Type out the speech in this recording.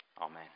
Amen